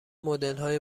مدلهای